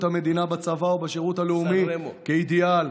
המדינה בצבא או בשירות הלאומי אידיאל,